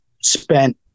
spent